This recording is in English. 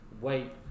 wait